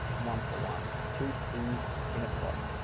one for one, two peas in a pod.